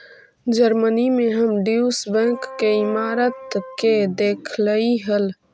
Germany में हम Deutsche Bank के इमारत के देखलीअई हल